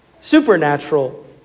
Supernatural